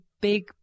big